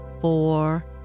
four